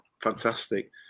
fantastic